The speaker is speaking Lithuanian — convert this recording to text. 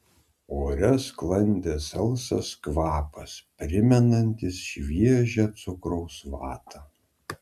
ore sklandė salsvas kvapas primenantis šviežią cukraus vatą